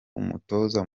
umutoza